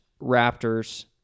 Raptors